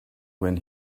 when